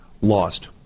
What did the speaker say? lost